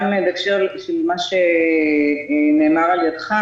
גם בהקשר למה שנאמר על ידך,